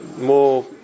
more